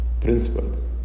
principles